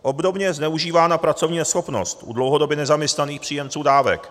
Obdobně je zneužívána pracovní neschopnost u dlouhodobě nezaměstnaných příjemců dávek.